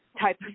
type